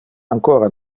ancora